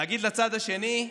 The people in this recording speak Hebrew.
להגיד לצד השני: